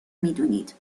میدونید